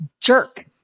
jerk